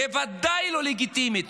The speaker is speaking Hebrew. בוודאי היא לא לגיטימית,